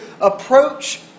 approach